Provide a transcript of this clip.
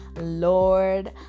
Lord